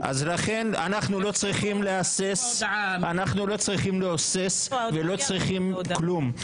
אז לכן אנחנו לא צריכים להסס ולא צריכים כלום,